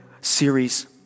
series